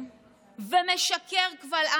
ומשקר קבל עם ועדה.